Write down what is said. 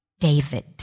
David